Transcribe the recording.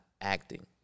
acting